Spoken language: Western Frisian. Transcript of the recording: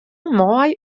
mei